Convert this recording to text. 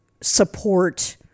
support